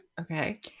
okay